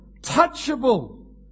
touchable